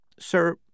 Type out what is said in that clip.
Sir